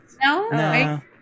No